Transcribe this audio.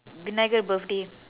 vinayagar birthday